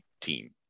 team